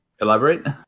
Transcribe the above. Elaborate